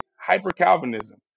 hyper-Calvinism